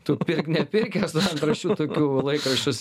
tu pirk nepirkęs antraščių tokių laikraščius